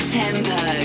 tempo